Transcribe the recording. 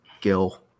Gil